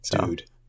Dude